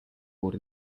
board